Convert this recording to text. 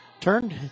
turned